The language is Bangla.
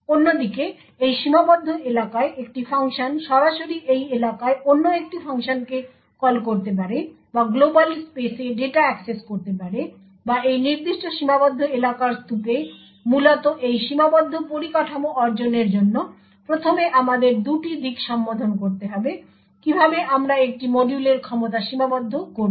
অন্যদিকে এই সীমাবদ্ধ এলাকায় একটি ফাংশন সরাসরি এই এলাকায় অন্য একটি ফাংশনকে কল করতে পারে বা গ্লোবাল স্পেসে ডেটা অ্যাক্সেস করতে পারে বা এই নির্দিষ্ট সীমাবদ্ধ এলাকার স্তুপে মূলত এই সীমাবদ্ধ পরিকাঠামো অর্জনের জন্য প্রথমে আমাদের দুটি দিক সম্বোধন করতে হবে কিভাবে আমরা একটি মডিউলের ক্ষমতা সীমাবদ্ধ করা হবে